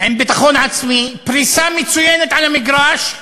עם ביטחון עצמי, פריסה מצוינת על המגרש.